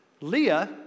Leah